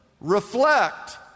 reflect